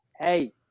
hey